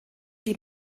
die